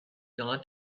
gone